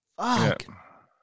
Fuck